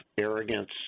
arrogance